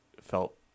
felt